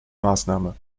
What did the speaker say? maßnahme